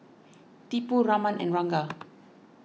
Tipu Raman and Ranga